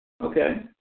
Okay